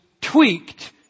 tweaked